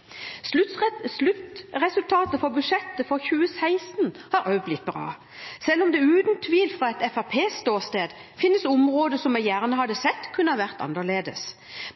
vårt. Sluttresultatet for budsjettet for 2016 har også blitt bra, selv om det uten tvil fra ståstedet til Fremskrittspartiet finnes områder som jeg gjerne hadde sett kunne vært annerledes.